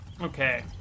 Okay